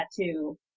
tattoo